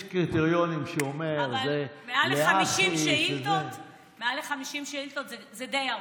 יש קריטריון שאומר, מעל ל-50 שאילתות זה די הרבה.